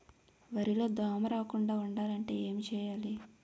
వరిలో దోమ రాకుండ ఉండాలంటే ఏంటి చేయాలి?